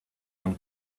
own